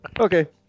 Okay